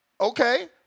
Okay